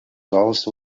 also